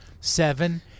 seven